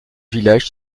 village